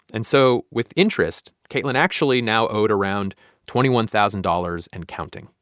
and so with interest, kaitlyn actually now owed around twenty one thousand dollars and counting.